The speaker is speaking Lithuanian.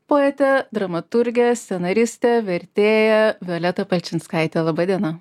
poetę dramaturgę scenaristę vertėją violetą palčinskaitę laba diena